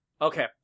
Okay